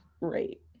right